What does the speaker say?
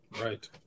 Right